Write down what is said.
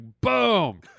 boom